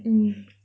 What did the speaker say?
mm